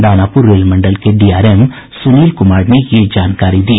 Danapur rail मंडल के DRM Sunil Kumar ने यह जानकारी दी